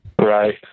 Right